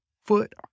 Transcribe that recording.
foot